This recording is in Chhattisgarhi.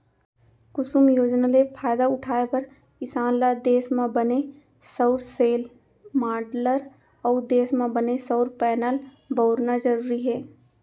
कुसुम योजना ले फायदा उठाए बर किसान ल देस म बने सउर सेल, माँडलर अउ देस म बने सउर पैनल बउरना जरूरी हे